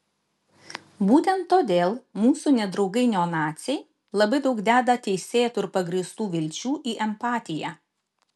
būtent todėl mūsų nedraugai neonaciai labai daug deda teisėtų ir pagrįstų vilčių į empatiją